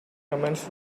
comments